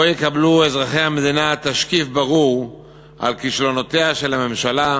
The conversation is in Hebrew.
שבו יקבלו אזרחי המדינה תשקיף ברור על כישלונותיה של הממשלה,